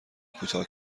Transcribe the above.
کوتاه